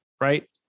right